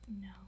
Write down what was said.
No